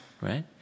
right